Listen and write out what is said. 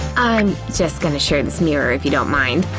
i'm just gonna share this mirror if you don't mind.